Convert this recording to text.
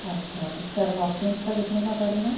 अच्छा sir Hawkins का कितने का पड़ेगा